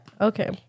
Okay